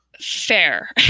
fair